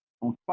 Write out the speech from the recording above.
on